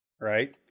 right